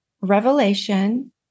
revelation